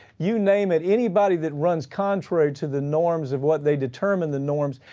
you name it, anybody that runs contrary to the norms of what they determine the norms.